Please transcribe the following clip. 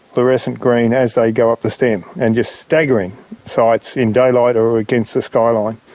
fluorescent green as they go up the stem and just staggering sights in daylight or against the skyline.